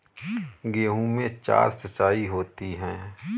गेहूं में चार सिचाई होती हैं